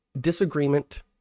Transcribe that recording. Disagreement